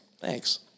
Thanks